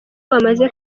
bamaze